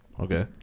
Okay